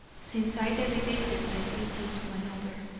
since i delegated my duty to another,